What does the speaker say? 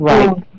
Right